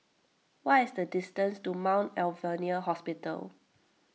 what is the distance to Mount Alvernia Hospital